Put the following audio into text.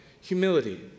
humility